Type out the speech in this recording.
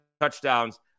touchdowns